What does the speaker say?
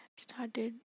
started